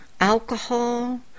alcohol